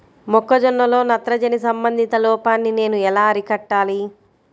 మొక్క జొన్నలో నత్రజని సంబంధిత లోపాన్ని నేను ఎలా అరికట్టాలి?